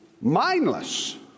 mindless